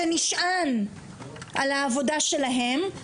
שנשען על העבודה שלהם,